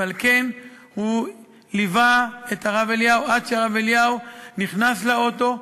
ועל כן הוא ליווה את הרב אליהו עד שהרב אליהו נכנס לאוטו,